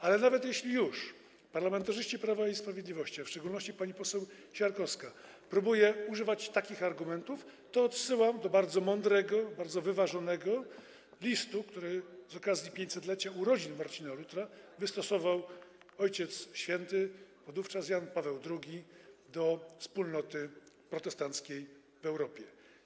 Ale nawet jeśli już parlamentarzyści Prawa i Sprawiedliwości, a w szczególności pani poseł Siarkowska, próbują używać takich argumentów, to odsyłam do bardzo mądrego, bardzo wyważonego listu, który z okazji 500-lecia urodzin Marcina Lutra wystosował Ojciec Święty, wówczas Jan Paweł II, do wspólnoty protestanckiej w Europie.